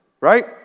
right